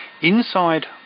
inside